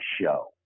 show